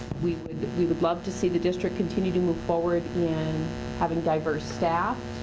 we we would love to see the district continue to move forward. in having diverse staff,